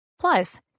Plus